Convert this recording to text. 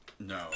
No